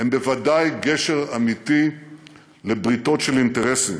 הם בוודאי גשר אמיתי לבריתות של אינטרסים.